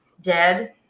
dead